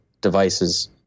devices